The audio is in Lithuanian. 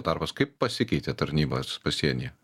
tarpas kaip pasikeitė tarnybos pasienyje